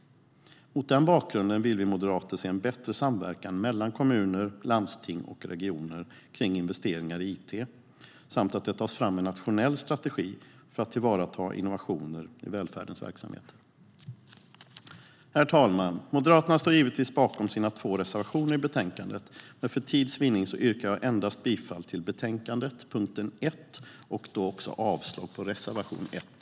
Mot den bakgrunden vill vi moderater se en bättre samverkan mellan kommuner, landsting och regioner kring investeringar i it samt att det tas fram en nationell strategi för att tillvarata innovationer i välfärdens verksamheter. Herr talman! Moderaterna står givetvis bakom sina två reservationer i betänkandet, men för tids vinnande yrkar jag endast bifall till punkt 1 i utskottets förslag i betänkandet och avslag på reservation 1.